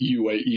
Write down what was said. UAE